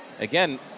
again